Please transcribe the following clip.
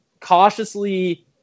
cautiously –